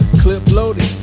clip-loaded